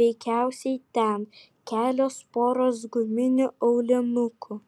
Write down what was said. veikiausiai ten kelios poros guminių aulinukų